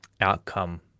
outcome